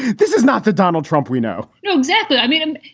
this is not the donald trump we know exactly. i mean,